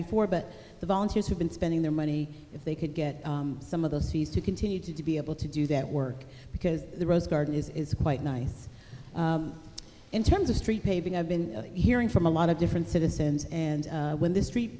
before but the volunteers have been spending their money if they could get some of those fees to continue to be able to do that work because the rose garden is quite nice in terms of street paving i've been hearing from a lot of different citizens and when this street